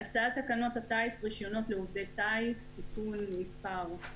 הצעת תקנות הטיס (רישיונות לעובדי טיס) (תיקון מס' ...),